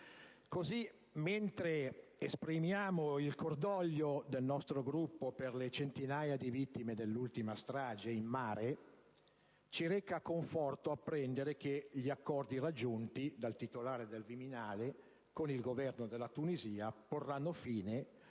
Così, mentre esprimiamo il cordoglio del nostro Gruppo per le centinaia di vittime dell'ultima strage in mare, ci reca conforto apprendere che gli accordi raggiunti dal titolare del Viminale con il Governo della Tunisia porranno fine,